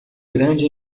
grande